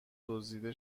دزدیده